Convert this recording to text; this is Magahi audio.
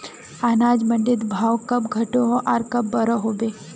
अनाज मंडीर भाव कब घटोहो आर कब बढ़ो होबे?